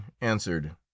answered